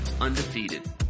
undefeated